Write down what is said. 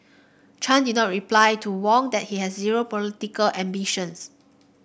Chan did not reply to Wong that he has zero political ambitions